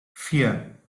vier